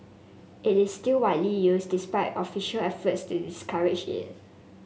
it is still widely used despite official efforts to discourage it